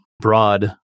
broad